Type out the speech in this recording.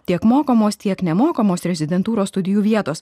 tiek mokamos tiek nemokamos rezidentūros studijų vietos